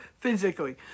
physically